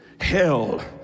hell